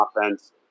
offense